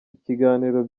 ikiganiro